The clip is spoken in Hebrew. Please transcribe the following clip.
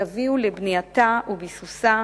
יביאו לבנייתה וביסוסה